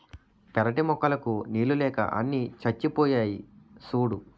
పెరటి మొక్కలకు నీళ్ళు లేక అన్నీ చచ్చిపోయాయి సూడూ